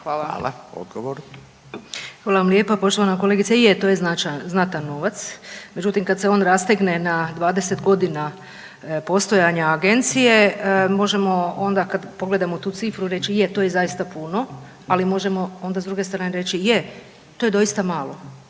Vesna (HDZ)** Hvala vam lijepa poštovana kolegice, je to je značajan, znatan novac međutim kad se on rastegne na 20 godina postojanja agencije možemo onda kad pogledamo tu cifru reći je to je zaista puno. Ali možemo onda s druge strane reći je to je doista malo.